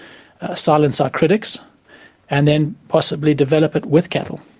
silence our critics and then possibly develop it with cattle.